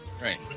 Right